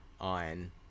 on